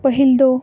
ᱯᱟᱹᱦᱤᱞ ᱫᱚ